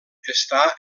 està